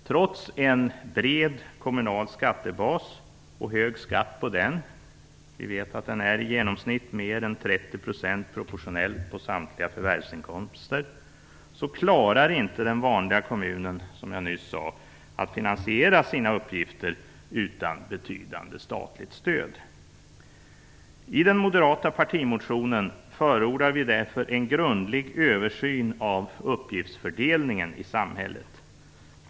Trots en bred kommunal skattebas och hög skatt på denna - vi vet att den i genomsnitt är mer än 30 % proportionellt på samtliga förvärvsinkomster - klarar inte den vanliga kommunen, som jag nyss sade, att finansiera sina uppgifter utan betydande statligt stöd. I den moderata partimotionen förordar vi därför en grundlig översyn av uppgiftsfördelningen i samhället.